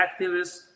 activists